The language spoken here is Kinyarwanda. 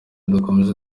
dukomeze